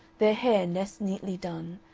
their hair less neatly done,